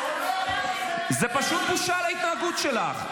זה פשוט בושה, ההתנהגות שלך.